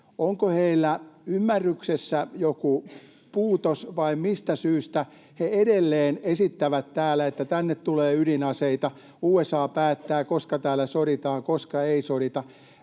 Onko heillä ymmärryksessä joku puutos, vai mistä syystä he edelleen esittävät täällä, että tänne tulee ydinaseita ja USA päättää, koska täällä soditaan ja koska ei sodita?